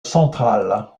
centrale